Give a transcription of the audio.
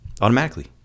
automatically